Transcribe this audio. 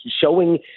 showing